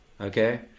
okay